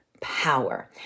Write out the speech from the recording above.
power